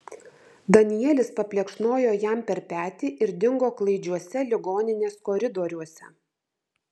danielis paplekšnojo jam per petį ir dingo klaidžiuose ligoninės koridoriuose